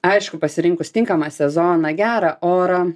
aišku pasirinkus tinkamą sezoną gerą orą